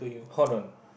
Hold on